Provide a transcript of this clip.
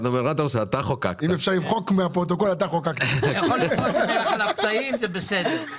--- אתה יכול לזרות לי מלח על הפצעים, זה בסדר.